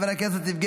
אינו נוכח,